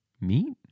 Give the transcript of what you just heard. Meat